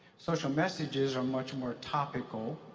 social messages are much more topical,